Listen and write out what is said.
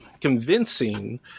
convincing